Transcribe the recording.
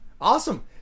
awesome